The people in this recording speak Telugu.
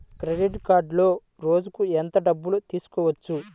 క్రెడిట్ కార్డులో రోజుకు ఎంత డబ్బులు తీయవచ్చు?